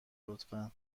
لطفا